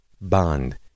bond